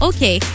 Okay